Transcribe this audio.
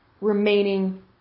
remaining